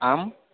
आं